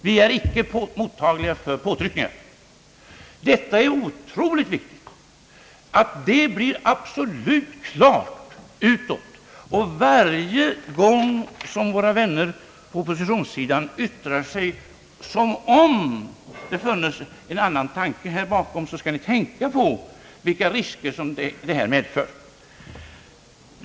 Vi är icke mottagliga för påtryckningar. Det är viktigt att detta blir absolut klarlagt utåt. Varje gång våra vänner på oppositionssidan yttrar sig som om det funnes en annan tanke bakom, bör de tänka på vilka risker detta medför.